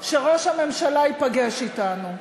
שראש הממשלה ייפגש אתנו.